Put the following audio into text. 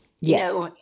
Yes